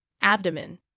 abdomen